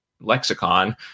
lexicon